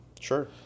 Sure